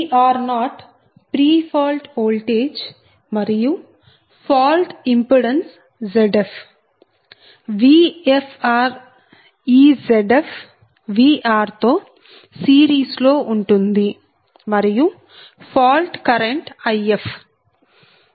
Vr0 pre fault voltage మరియు fault impedance Zf Vrf ఈ Zf Vr తో series లో ఉంటుంది మరియు ఫాల్ట్ కరెంట్ If